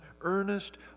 earnest